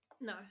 No